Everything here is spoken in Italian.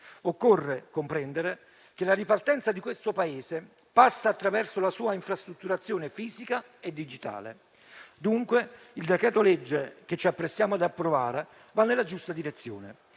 Occorre comprendere che la ripartenza di questo Paese passa attraverso la sua infrastrutturazione fisica e digitale. Dunque, il decreto-legge che ci apprestiamo ad approvare va nella giusta direzione,